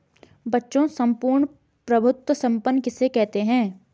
बच्चों सम्पूर्ण प्रभुत्व संपन्न किसे कहते हैं?